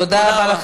תודה רבה.